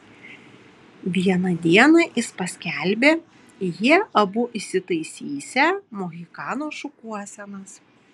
vieną dieną jis paskelbė jie abu įsitaisysią mohikano šukuosenas